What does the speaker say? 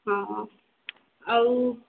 ହଁ ଆଉ